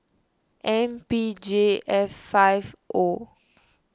M P J F five O